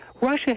Russia